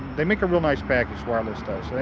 they make a real nice package, wireless does.